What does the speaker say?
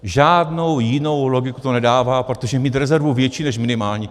Žádnou jinou logiku to nedává, protože mít rezervu větší než minimální...